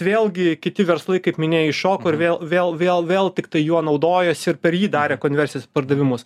vėlgi kiti verslai kaip minėjai iššoko ir vėl vėl vėl vėl piktai juo naudojosi ir per jį darė konversijas pardavimus